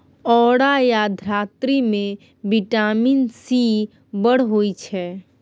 औरा या धातृ मे बिटामिन सी बड़ होइ छै